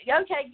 Okay